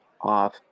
off